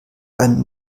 ein